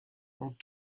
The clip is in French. ont